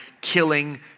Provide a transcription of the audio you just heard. killing